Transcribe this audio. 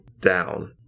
down